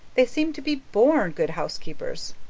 they seem to be born good housekeepers.